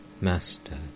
Master